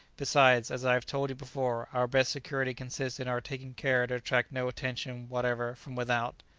besides, as i have told you before, our best security consists in our taking care to attract no attention whatever from without.